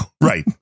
right